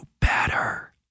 better